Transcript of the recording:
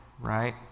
right